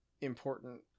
important